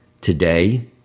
Today